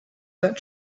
that